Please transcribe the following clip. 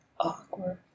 Awkward